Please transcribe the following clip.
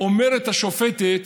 אומרת השופטת,